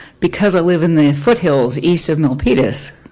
because i live in the foothills east of milpitas,